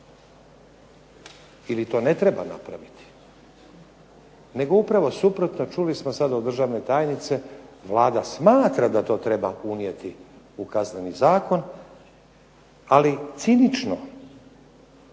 ili to ne treba napraviti nego upravo suprotno, čuli smo sad od državne tajnice Vlada smatra da to treba unijeti u Kazneni zakon ali cinično